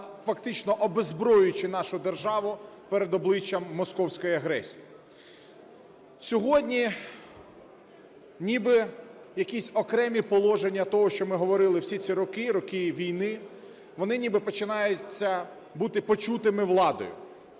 фактично, обеззброюючи нашу державу перед обличчям московської агресії. Сьогодні ніби якісь окремі положення того, що ми говорили всі ці роки, роки війни, вони ніби починаються бути почутими владою.